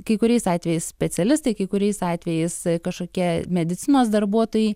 kai kuriais atvejais specialistai kai kuriais atvejais kažkokie medicinos darbuotojai